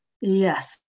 Yes